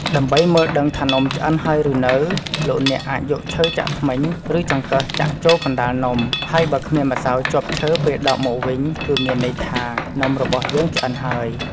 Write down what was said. ដើម្បីមើលដឹងថានំឆ្អិនហើយឬនៅ លោកអ្នកអាចយកឈើចាក់ធ្មេញ ឬចង្កឹះចាក់ចូលកណ្ដាលនំ ហើយបើគ្មានម្សៅជាប់ឈើពេលដកមកវិញ គឺមានន័យថា នំរបស់យើងឆ្អិនហើយ។